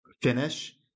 finish